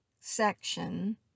section